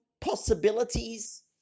possibilities